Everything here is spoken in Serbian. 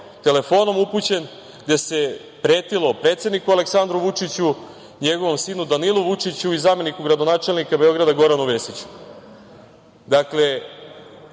telefonom upućen, gde se pretilo predsedniku Aleksandru Vučiću, njegovom sinu Danilu Vučiću i zameniku gradonačelnika Beograda, Goranu Vesiću. Dakle,